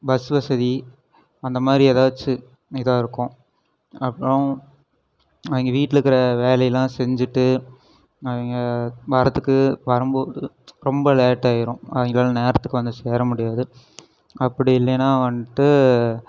bus வசதி அந்தமாதிரி ஏதாச்சும் இதாயிருக்கும் அப்புறம் அவங்க வீட்டில்ருக்குற வேலையெல்லாம் செஞ்சுட்டு அவங்க வரத்துக்கு வரும்போது ரொம்ப லேட்டாயிடும் அவங்களால நேரத்துக்கு வந்து சேர முடியாது அப்படி இல்லைனா வந்துட்டு